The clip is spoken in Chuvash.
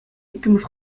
иккӗмӗш